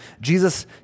Jesus